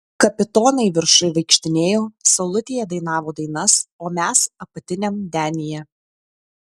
kapitonai viršuj vaikštinėjo saulutėje dainavo dainas o mes apatiniam denyje